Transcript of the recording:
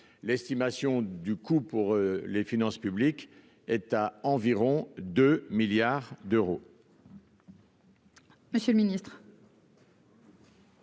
l'estimation du coût pour les finances publiques environ 2 milliards d'euros.